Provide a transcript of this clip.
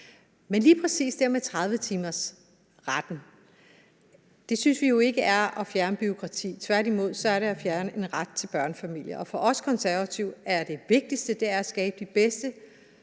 til lige præcis dem med 30-timersretten synes vi ikke det er at fjerne bureaukrati, tværtimod er det at fjernet en ret for børnefamilier. For os Konservative er det vigtigste at skabe de bedste